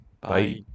Bye